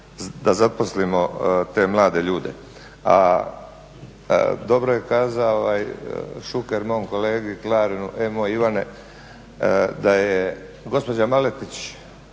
da zaposlimo te mlade ljude. A dobro je kazao Šuker mom kolegi Klarinu, e moj Ivane, da je gospođa Maletić